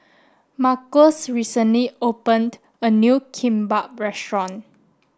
Marques recently opened a new Kimbap restaurant